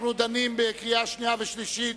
אנחנו דנים בקריאה שנייה ובקריאה שלישית